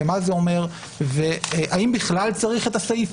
מה זה אומר והאם בכלל צריך את הסעיף